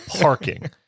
parking